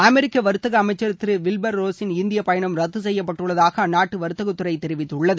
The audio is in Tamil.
அமெரிக்க வர்த்தக அமைச்ச் திரு விவ்பர் ரோசின் இந்தியப்பயணம் ரத்து செய்யப்பட்டுள்ளதாக அந்நாட்டு வா்த்தகத்துறை தெரிவித்துள்ளது